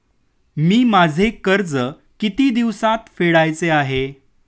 मी माझे कर्ज किती दिवसांत फेडायचे आहे?